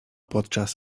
podczas